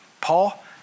Paul